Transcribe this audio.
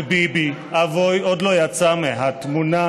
/ וביבי, אבוי, עוד לא יצא מהתמונה,